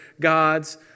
gods